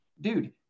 Dude